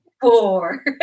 four